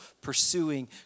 pursuing